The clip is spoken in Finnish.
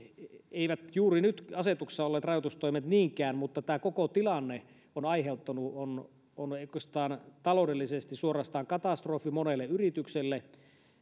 eivät juuri nyt asetuksessa olleet rajoitustoimet niinkään mutta tämä koko tilanne on aiheuttanut on oikeastaan taloudellisesti suorastaan katastrofi monelle yritykselle